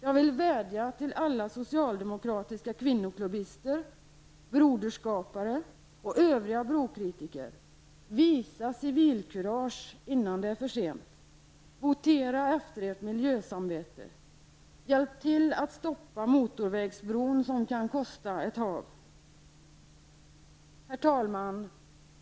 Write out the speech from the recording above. Jag vill vädja till alla socialdemokratiska kvinnoklubbister, broderskapare och övriga brokritiker: Visa civilkurage innan det är för sent! Votera efter ert miljösamvete -- hjälp till att stoppa motorvägsbron, som kan kosta ett hav! Herr talman!